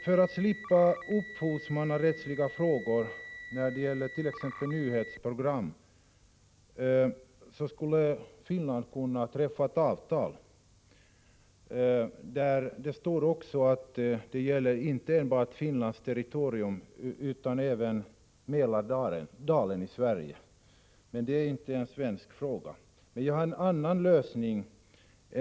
För att slippa upphovsmannarättsliga frågor när det gäller t.ex. nyhetsprogrammen skulle Finland kunna träffa ett avtal där det står att det inte enbart gäller Finlands territorium utan även Mälardalen i Sverige. Men det är inte en fråga för Sverige. Jag har dock en annan lösning.